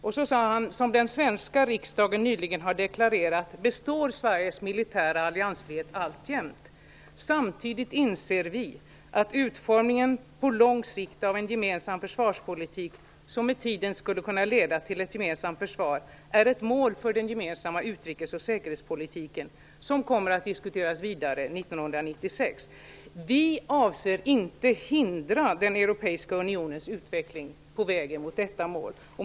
Sedan sade han: Som den svenska riksdagen nyligen har deklarerat består Sveriges militära alliansfrihet alltjämt. Samtidigt inser vi att utformningen på lång sikt av en gemensam försvarspolitik som med tiden skulle kunna leda till ett gemensamt försvar är ett mål för den gemensamma utrikes och säkerhetspolitiken som kommer att diskuteras vidare 1996. Vi avser inte hindra den europeiska unionens utveckling på vägen mot detta mål.